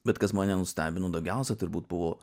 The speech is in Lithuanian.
bet kas mane nustebino daugiausia turbūt buvo